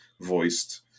voiced